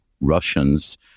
Russians